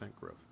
growth